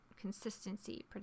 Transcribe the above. Consistency